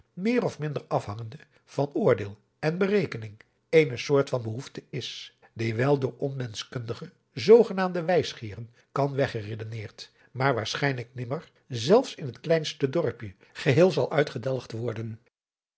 meer of minder afhangende van oordeel en berekening eene adriaan loosjes pzn het leven van johannes wouter blommesteyn soort van behoefte is die wel door onmenschkundige zoogenaamde wijsgeeren kan weg geredeneerd maar waarschijnlijk nimmer zelfs in het kleinste dorpje geheel zal uitgedelgd worden